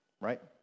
right